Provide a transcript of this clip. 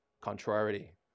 contrariety